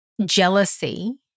jealousy